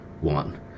one